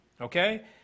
Okay